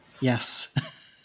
Yes